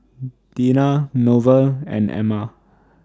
Deena Norval and Emma